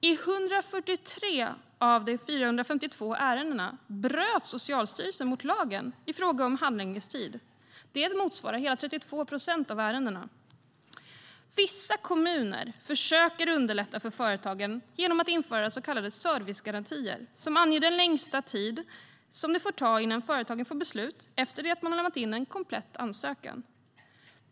I 143 av de 452 ärendena bröt Socialstyrelsen mot lagen i fråga om handläggningstid. Det motsvarar hela 32 procent av ärendena. Vissa kommuner försöker underlätta för företagen genom att införa så kallade servicegarantier som anger den längsta tid som det får ta innan företagen får beslut efter att de har lämnat in en komplett ansökan.